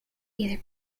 either